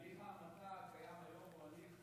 הליך ההמתה הקיים היום הוא הליך אכזרי.